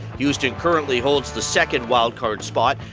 houston currently holds the second wildcard spot,